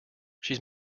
she’s